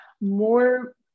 more